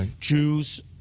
Jews